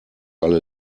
alle